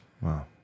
Wow